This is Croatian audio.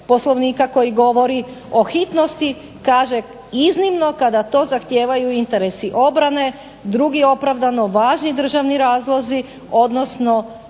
Poslovnika koji govori o hitnosti kaže iznimno kada to zahtijevaju interesi obrane, drugi opravdano važni državni razlozi odnosno